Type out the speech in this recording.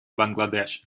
бангладеш